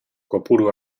kopuru